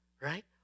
Right